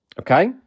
okay